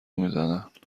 میزدن